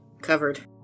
Covered